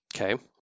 Okay